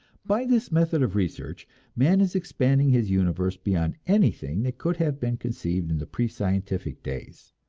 by this method of research man is expanding his universe beyond anything that could have been conceived in the pre-scientific days.